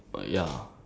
ya